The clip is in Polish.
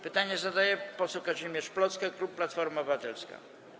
Pytanie zadaje poseł Kazimierz Plocke, klub Platforma Obywatelska.